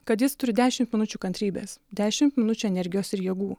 kad jis turi dešimt minučių kantrybės dešimt minučių energijos ir jėgų